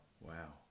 Wow